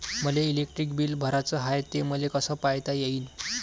मले electric bill भराचं हाय, ते मले कस पायता येईन?